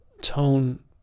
tone